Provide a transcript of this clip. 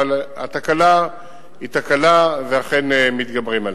אבל התקלה היא תקלה ואכן מתגברים עליה.